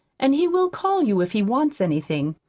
and he will call you if he wants anything.